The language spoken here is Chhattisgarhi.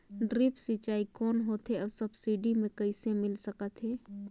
ड्रिप सिंचाई कौन होथे अउ सब्सिडी मे कइसे मिल सकत हे?